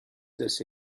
does